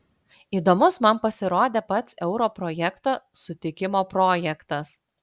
įdomus man pasirodė pats euro projekto sutikimo projektas